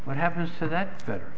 what happens to that better